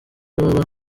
baba